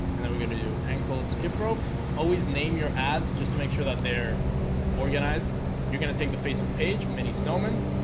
and then we're gonna do ankle skip rope always name your ads just to make sure that they're organized you're gonna take the facebook page mini snowmen